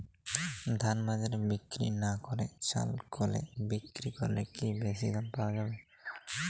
ধান বাজারে বিক্রি না করে চাল কলে বিক্রি করলে কি বেশী দাম পাওয়া যাবে?